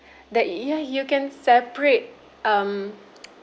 that ya you can separate um